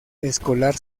escolar